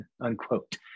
unquote